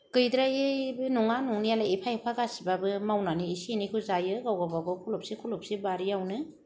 गैद्रायैबो नङा नंनायालाय एफा एफा गासिबाबो मावनानै इसे एनैखौ जायो गाव गावबा गाव खलबसे खलबसे बारियावनो